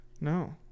No